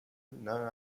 known